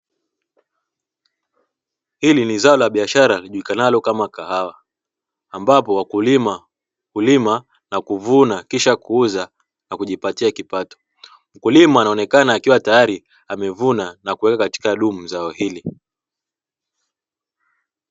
Hili ni zao la biashara lijulikanalo kama kahawa ambapo wakulima hulima na kuvuna kisha kuuza na kujipatia kipato, mkulima anaonekana akiwa tayali amevuna na kuweka katika dumu zao hili.